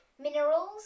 minerals